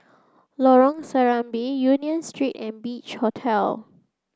Lorong Serambi Union Street and Beach Hotel